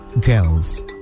girls